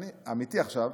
אני, אמיתי עכשיו,